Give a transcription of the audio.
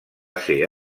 ser